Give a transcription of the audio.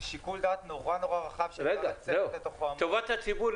זה שיקול דעת מאוד רחב שאפשר לצקת לתוכו -- טובת הציבור,